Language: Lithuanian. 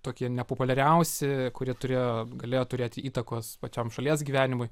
tokie nepopuliariausi kurie turėjo galėjo turėti įtakos pačiam šalies gyvenimui